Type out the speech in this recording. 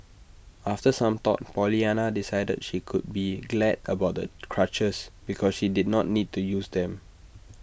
after some thought Pollyanna decided she could be glad about the crutches because she did not need to use them